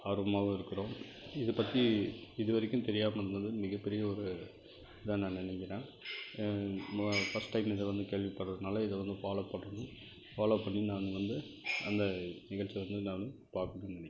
ஆர்வமாக இருக்கிறோம் இது பற்றி இது வரைக்கும் தெரியாமல் இருந்தது மிகப்பெரிய ஒரு இதாக நான் நினைக்கிறேன் மோ ஃபஸ்ட் டைம் இது வந்து கேள்விப்படுறதுனால இதை வந்து ஃபாலோ பண்ணணும் ஃபாலோ பண்ணி நாங்கள் வந்து அந்த நிகழ்ச்சிய வந்து நான் பார்க்கணுன்னு நினைக்கிறேன்